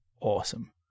awesome